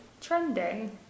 trending